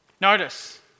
Notice